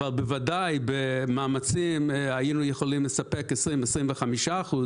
אבל בוודאי במאמצים היינו יכולים לספק 20-25 אחוז,